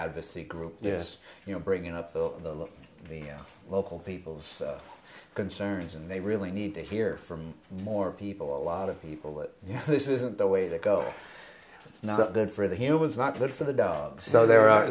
advocacy group is you know bringing up the media local people's concerns and they really need to hear from more people a lot of people that you know this isn't the way to go not good for the humans not good for the dogs so there are